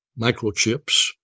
microchips